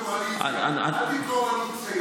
אל תמכור לנו את כסייפה.